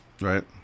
Right